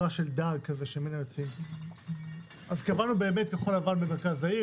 אז קבענו באמת כחול לבן במרכז העיר